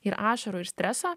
ir ašarų ir streso